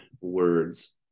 words